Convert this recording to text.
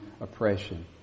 oppression